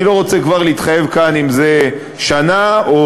אני לא רוצה כבר להתחייב כאן אם זה שנה, או